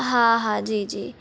हा हा जी जी